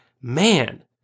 man